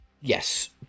Yes